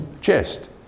chest